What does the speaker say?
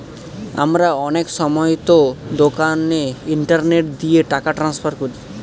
আমরা অনেক সময়তো দোকানে ইন্টারনেট দিয়ে টাকা ট্রান্সফার করি